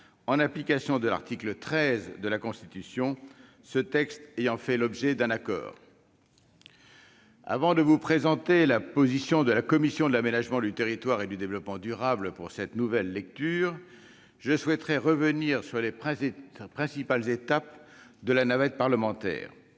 en application de l'article 13 de la Constitution, ce texte ayant fait l'objet d'un accord. Avant de vous présenter la position de la commission de l'aménagement du territoire et du développement durable pour cette nouvelle lecture, je souhaiterais revenir sur les principales étapes de la navette parlementaire.